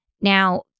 Now